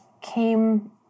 came